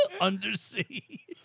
undersea